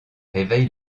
réveille